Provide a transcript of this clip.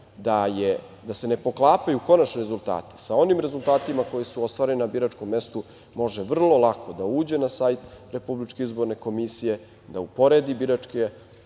da se ne poklapaju konačni rezultati sa onim rezultatima koji su ostvareni na biračkom mestu može vrlo lako da uđe na sajt RIK, da uporedi biračke